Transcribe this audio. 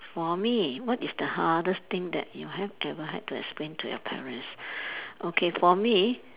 for me what is the hardest thing that you have ever had to explain to your parents okay for me